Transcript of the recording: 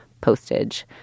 postage